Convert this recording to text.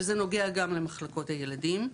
וזה נוגע גם למחלקות הילדים.